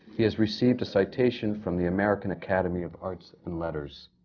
he has received a citation from the american academy of arts and letters.